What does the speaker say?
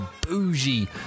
bougie